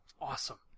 awesome